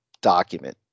document